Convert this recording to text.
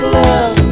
love